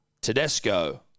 Tedesco